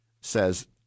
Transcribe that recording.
says